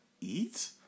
eat